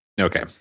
Okay